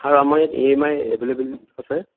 আৰু আমাৰ ইয়াত ই এম আইৰ এভেলেবিলিটী আছে